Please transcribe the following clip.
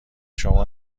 شما